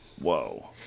Whoa